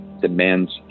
demands